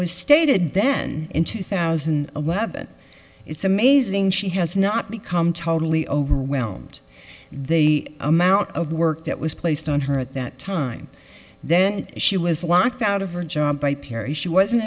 was stated then in two thousand and eleven it's amazing she has not become totally overwhelmed the amount of work that was placed on her at that time then she was locked out of her job by perry she wasn't